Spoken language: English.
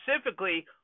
specifically